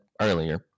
earlier